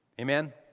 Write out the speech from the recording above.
Amen